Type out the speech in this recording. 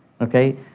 Okay